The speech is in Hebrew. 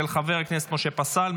של חבר הכנסת משה פסל,